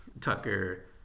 tucker